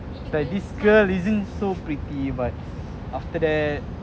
this girl is not so pretty but after that